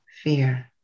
fear